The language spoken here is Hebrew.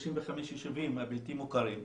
35 היישובים הבלתי מוכרים,